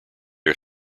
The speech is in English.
are